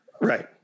Right